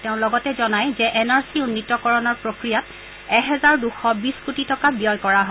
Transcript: তেওঁ লগতে জনাই যে এন আৰ চি উন্নীতকৰণৰ প্ৰফ্ৰিয়াত এহেজাৰ দুশ বিশ কোটি টকা ব্যয় কৰা হয়